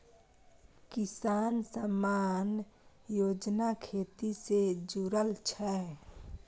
किसान सम्मान योजना खेती से जुरल छै